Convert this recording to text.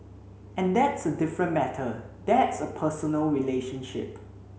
and that's a different matter that's a personal relationship